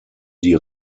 die